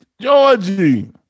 Georgie